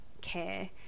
care